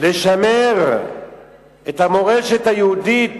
לשמר את המורשת היהודית